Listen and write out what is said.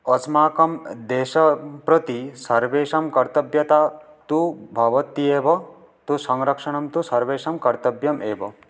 अस्माकं देशं प्रति सर्वेषां कर्तव्यता तु भवति एव तु संरक्षणं तु सर्वेषां कर्तव्यम् एव